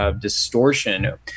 distortion